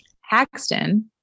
Haxton